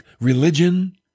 religion